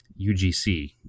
UGC